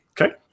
Okay